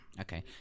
okay